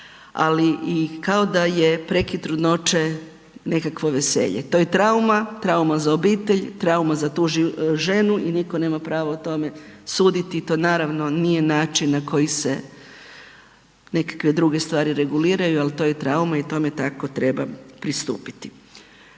ali i kao da je prekid trudnoće nekakvo veselje. To je trauma, trauma za obitelj, trauma za tu ženu i nitko nema pravo o tome suditi i to naravno nije način na koji se nekakve druge stvari reguliraju ali to je trauma i tome tako treba pristupiti.